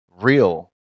real